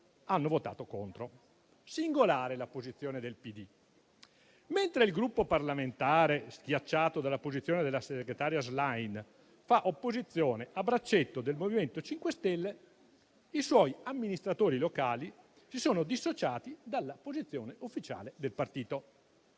hanno votato contro. Singolare la posizione del PD. Mentre il Gruppo parlamentare, schiacciato dalla posizione della segretaria Schlein, fa opposizione a braccetto del MoVimento 5 Stelle, i suoi amministratori locali si sono dissociati dalla posizione ufficiale del partito.